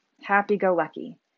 happy-go-lucky